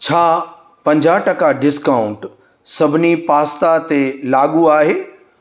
छा पंजाहु टका डिस्काउंट सभिनी पास्ता ते लाॻू आहे